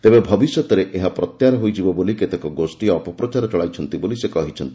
ତେବେ ଭବିଷ୍ୟତରେ ଏହା ପ୍ରତ୍ୟାହାର ହୋଇଯିବ ବୋଲି କେତେକ ଗୋଷ୍ଠୀ ଅପପ୍ରଚାର ଚଳାଇଛନ୍ତି ବୋଲି ସେ କହିଛନ୍ତି